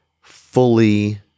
fully